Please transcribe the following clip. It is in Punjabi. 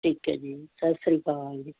ਠੀਕ ਹੈ ਜੀ ਸਤਿ ਸ਼੍ਰੀ ਅਕਾਲ ਜੀ